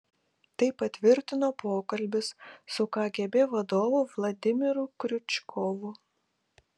tai patvirtino pokalbis su kgb vadovu vladimiru kriučkovu